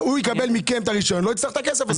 הוא יקבל מכם את הרשיון, לא יצטרך את הכסף הזה.